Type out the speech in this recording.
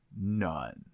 None